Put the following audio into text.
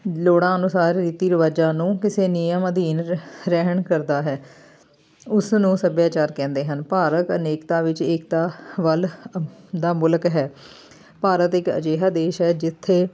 ਲੋੜਾਂ ਅਨੁਸਾਰ ਰੀਤੀ ਰਿਵਾਜ਼ਾਂ ਨੂੰ ਕਿਸੇ ਨਿਯਮ ਅਧੀਨ ਰ ਰਹਿਣ ਕਰਦਾ ਹੈ ਉਸਨੂੰ ਸੱਭਿਆਚਾਰ ਕਹਿੰਦੇ ਹਨ ਭਾਰਤ ਅਨੇਕਤਾ ਵਿੱਚ ਏਕਤਾ ਵੱਲ ਦਾ ਮੁਲਕ ਹੈ ਭਾਰਤ ਇੱਕ ਅਜਿਹਾ ਦੇਸ਼ ਹੈ ਜਿੱਥੇ